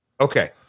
Okay